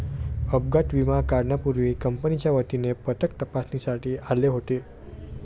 अपघात विमा काढण्यापूर्वी कंपनीच्या वतीने पथक तपासणीसाठी आले होते